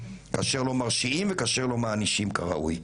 כאשר לא מרשיעים וכאשר לא מענישים כראוי.